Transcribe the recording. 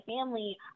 family